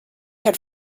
had